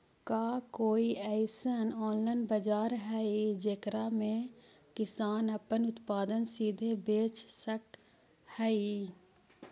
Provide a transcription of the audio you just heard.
का कोई अइसन ऑनलाइन बाजार हई जेकरा में किसान अपन उत्पादन सीधे बेच सक हई?